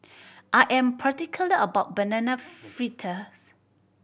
I am particular about Banana Fritters